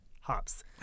hops